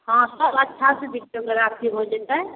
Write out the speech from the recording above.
हँ सब अच्छासँ वीडिओग्राफी हो जेतै